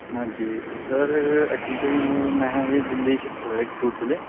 ਹਾਂਜੀ sir actual ਤਾਂ ਮੈਂ ਹਾਲੇ ਦਿੱਲੀ ਸ਼ਿਫ਼ਟ ਹੋਇਆ ਕਪੂਰਥਲੇ